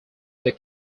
their